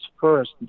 first